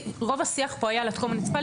רוב השיח פה היה על התחום המוניציפלי,